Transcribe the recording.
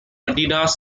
adidas